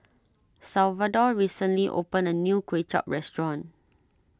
Salvador recently opened a new Kway Chap restaurant